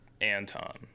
Anton